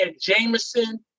Jameson